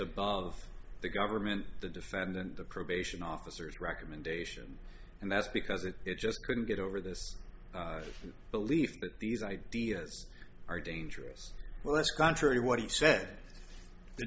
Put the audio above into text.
of the government the defendant the probation officers recommendation and that's because it just couldn't get over this belief that these ideas are dangerous well that's contrary to what he said